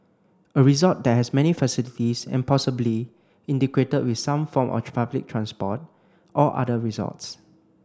a resort that has many facilities and possibly integrated with some form of public transport or other resorts